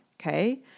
okay